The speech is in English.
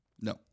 No